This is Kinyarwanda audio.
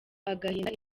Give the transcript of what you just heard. agahinda